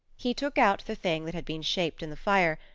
he took out the thing that had been shaped in the fire,